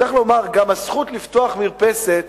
צריך לומר שגם הזכות לפתוח מרפסת